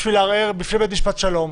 בשביל לערער בפני בית משפט שלום,